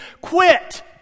quit